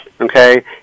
okay